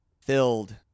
Filled